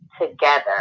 together